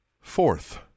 Fourth